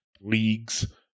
leagues